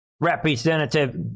Representative